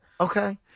okay